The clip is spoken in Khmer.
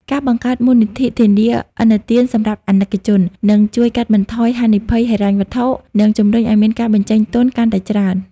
ការបង្កើត "មូលនិធិធានាឥណទានសម្រាប់ អាណិកជន" នឹងជួយកាត់បន្ថយហានិភ័យហិរញ្ញវត្ថុ និងជម្រុញឱ្យមានការបញ្ចេញទុនកាន់តែច្រើន។